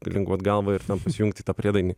linguot galvą ir įsijungt į tą priedainį